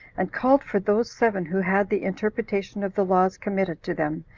and called for those seven who had the interpretation of the laws committed to them,